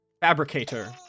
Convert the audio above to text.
Fabricator